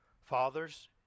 Fathers